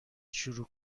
شروع